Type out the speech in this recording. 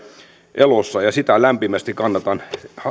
elossa ja sitä lämpimästi kannatan